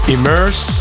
Immerse